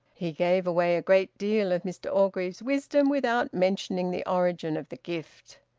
he gave away a great deal of mr orgreave's wisdom without mentioning the origin of the gift.